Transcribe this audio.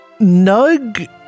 Nug